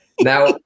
Now